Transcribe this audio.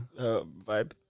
vibe